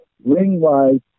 Ring-wise